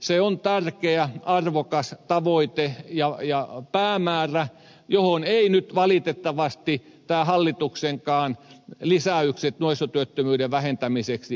se on tärkeä arvokas tavoite ja päämäärä johon eivät nyt valitettavasti nämä hallituksenkaan lisäykset nuorisotyöttömyyden vähentämiseksi riitä